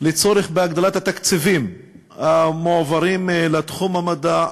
הצורך בהגדלת התקציבים המועברים לתחום המדע,